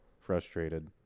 frustrated